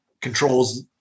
controls